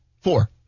Four